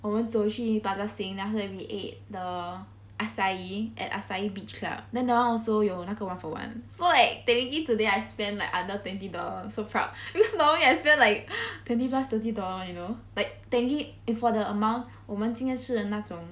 我们走去 plaza sing then after that we ate the acai at Acai Beach Club then that one also 有那个 one for one so like technically today I spend like under twenty dollars so proud because normally I spend like twenty plus thirty dollar you know like technically for the amount 我们今天吃的那种